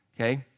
okay